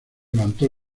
levantó